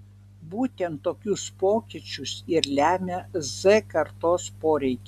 būtent tokius pokyčius ir lemia z kartos poreikiai